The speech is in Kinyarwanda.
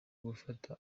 gufata